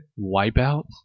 Wipeout